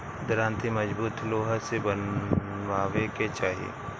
दराँती मजबूत लोहा से बनवावे के चाही